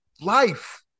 life